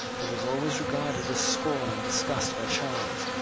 but was always regarded with scorn and disgust by charles,